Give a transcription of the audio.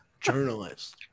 journalist